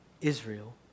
Israel